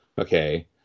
Okay